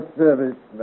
service